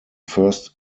first